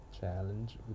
challenge